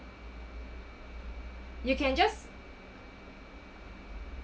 you can just